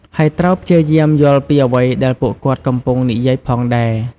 ហើយត្រូវព្យាយាមយល់ពីអ្វីដែលពួកគាត់កំពុងនិយាយផងដែរ។